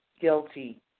guilty